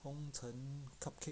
烘成 cupcake